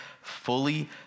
fully